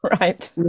right